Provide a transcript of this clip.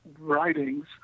writings